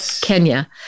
Kenya